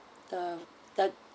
the the